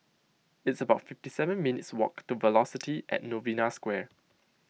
it's about fifty seven minutes' walk to Velocity at Novena Square